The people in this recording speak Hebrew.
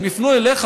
אם יפנו אליך,